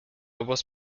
was